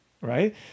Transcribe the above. right